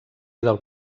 del